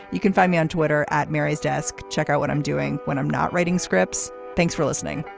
you can find me on twitter at mary's desk. check out what i'm doing when i'm not writing scripts. thanks for listening.